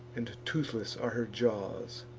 and toothless are her jaws